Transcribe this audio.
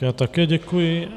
Já také děkuji.